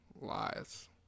Lies